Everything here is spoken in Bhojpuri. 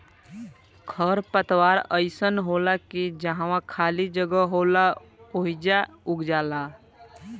खर पतवार अइसन होला की जहवा खाली जगह होला ओइजा उग जाला